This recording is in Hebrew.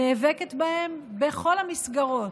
נאבקת בהם בכל המסגרות.